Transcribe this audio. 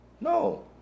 No